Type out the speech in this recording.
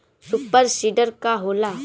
Super seeder का होला?